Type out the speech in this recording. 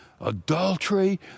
adultery